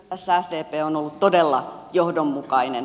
tässä sdp on ollut todella johdonmukainen